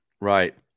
Right